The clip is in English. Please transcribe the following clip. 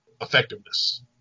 effectiveness